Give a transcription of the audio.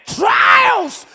trials